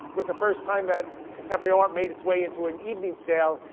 was the first time that contemporary art made its way into an evening sale,